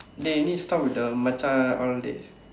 dey you need to stop with the Macha all dey